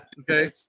Okay